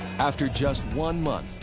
after just one month,